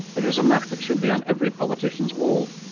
it is a map that should be on every politician's wall.